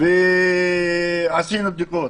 עשינו בדיקות.